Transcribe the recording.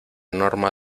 norma